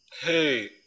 Hey